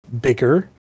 bigger